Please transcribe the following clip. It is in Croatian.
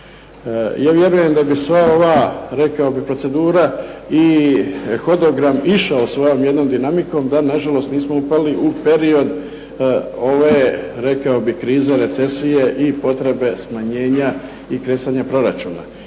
Ja vjerujem da bi sva ova, rekao bih, procedura i hodogram išao svojom jednom dinamikom da na žalost nismo upali u period ove, rekao bih, krize, recesije i potrebe smanjenja i kresanja proračuna.